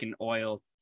oil